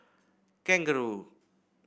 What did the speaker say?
kangaroo